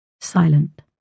silent